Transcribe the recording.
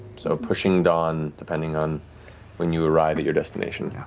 so pushing dawn depending on when you arrive at your destination.